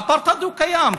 האפרטהייד קיים.